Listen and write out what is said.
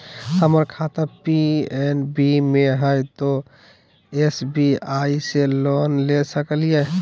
हमर खाता पी.एन.बी मे हय, तो एस.बी.आई से लोन ले सकलिए?